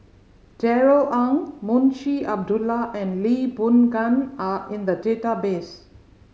Darrell Ang Munshi Abdullah and Lee Boon Ngan are in the database